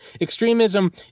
Extremism